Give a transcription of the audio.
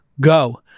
go